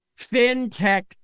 FinTech